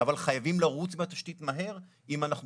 אבל חייבים לרוץ עם התשתית מהר אם אנחנו